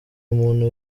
umuntu